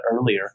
earlier